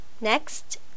Next